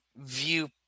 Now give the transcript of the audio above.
view